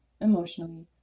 emotionally